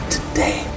Today